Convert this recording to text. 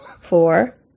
four